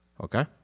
Okay